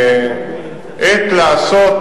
האלטרנטיבה שאתה יכול להשקיע,